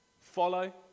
Follow